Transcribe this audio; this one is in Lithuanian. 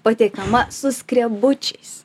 pateikiama su skrebučiais